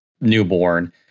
newborn